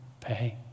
pay